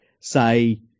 say